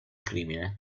crimine